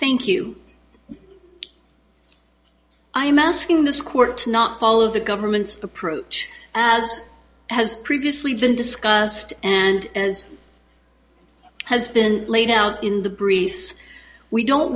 thank you i am asking this court to not follow the government's approach as has previously been discussed and as has been laid out in the briefs we don't